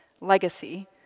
legacy